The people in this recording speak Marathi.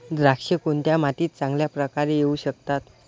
द्राक्षे कोणत्या मातीत चांगल्या प्रकारे येऊ शकतात?